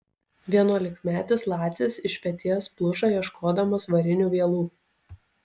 vienuolikmetis lacis iš peties pluša ieškodamas varinių vielų